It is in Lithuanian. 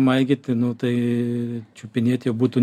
maigyti nu tai čiupinėt jau būtų